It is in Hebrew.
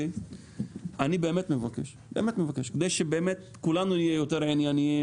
אני באמת מבקש ושכולנו נהיה יותר ענייניים